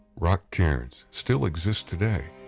rock cairns still exist today,